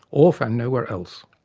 all found nowhere else.